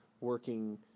working